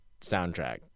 soundtrack